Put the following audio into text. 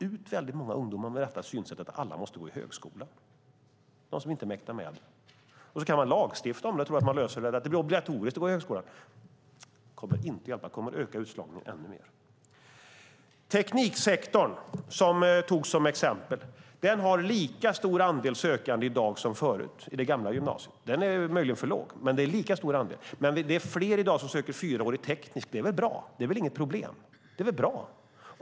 Vi slår ut många ungdomar om vi ska ha synsättet att alla måste gå i högskolan, även de som inte mäktar med det. Man kan lagstifta om det och tro att man löser det genom att säga att det blir obligatoriskt att gå i högskolan. Det kommer inte att hjälpa. Det kommer att öka utslagningen ännu mer. Tekniksektorn, som togs som exempel, har lika stor andel sökande i dag som i det gamla gymnasiet. Den är möjligen för låg, men det är lika stor andel. Det är fler i dag som söker fyraårigt tekniskt program. Det är väl bra! Det är inget problem, utan det är bra.